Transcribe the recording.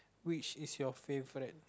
which is your favourite